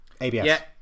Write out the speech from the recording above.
ABS